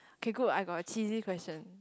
okay good I got cheesy question